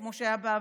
כמו שהיה בעבר,